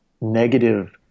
negative